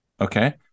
Okay